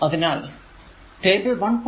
അതിനാൽ ടേബിൾ 1